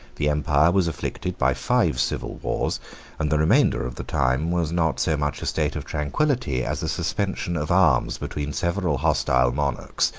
the empire was afflicted by five civil wars and the remainder of the time was not so much a state of tranquillity as a suspension of arms between several hostile monarchs,